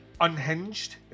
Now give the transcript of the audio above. unhinged